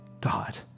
God